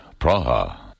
Praha